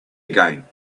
again